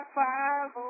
five